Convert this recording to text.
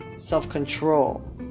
self-control